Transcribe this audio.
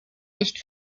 nicht